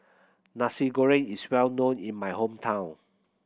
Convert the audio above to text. Nasi Goreng is well known in my hometown